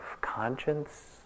conscience